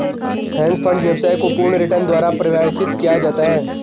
hedge fund व्यवसाय को पूर्ण रिटर्न द्वारा परिभाषित किया जाता है